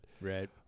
Right